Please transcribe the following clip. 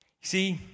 See